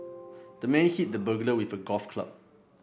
the man hit the burglar with a golf club